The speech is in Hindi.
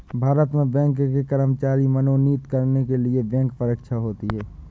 भारत में बैंक के कर्मचारी मनोनीत करने के लिए बैंक परीक्षा होती है